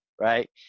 right